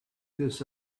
this